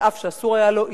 אף שאסור היה לו,